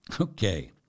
Okay